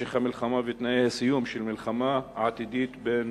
משך המלחמה ותנאי הסיום של מלחמה עתידית בין